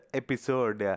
episode